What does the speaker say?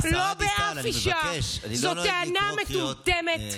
את מקנאה בנשים.